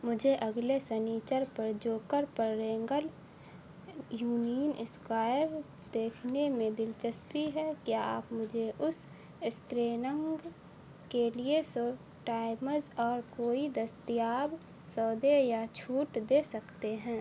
مجھے اگلے سنیچر پر جوکر پر رینگل یونین اسکوائر دیکھنے میں دلچسپی ہے کیا آپ مجھے اس اسکریننگ کے لیے سو ٹائمز اور کوئی دستیاب سودے یا چھوٹ دے سکتے ہیں